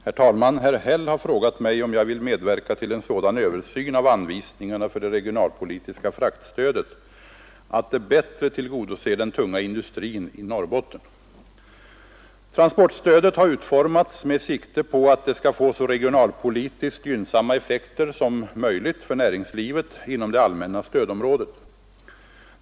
Herr talman! Herr Häll har frågat mig, om jag vill medverka till en sådan översyn av anvisningarna för det regionalpolitiska fraktstödet att det bättre tillgodoser den tunga industrin i Norrbotten. Transportstödet har utformats med sikte på att det skall få så regionalpolitiskt gynnsamma effekter som möjligt för näringslivet inom det allmänna stödområdet.